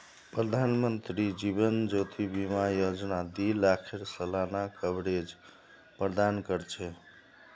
प्रधानमंत्री जीवन ज्योति बीमा योजना दी लाखेर सालाना कवरेज प्रदान कर छे